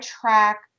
track